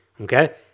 okay